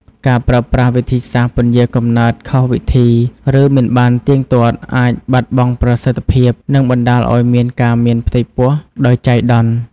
ការប្រើប្រាស់វិធីសាស្ត្រពន្យារកំណើតខុសវិធី ឬមិនបានទៀងទាត់ អាចបាត់បង់ប្រសិទ្ធភាព និងបណ្តាលឲ្យមានការមានផ្ទៃពោះដោយចៃដន្យ។